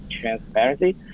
transparency